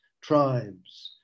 tribes